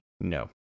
No